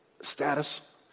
status